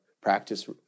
practice